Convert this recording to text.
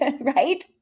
right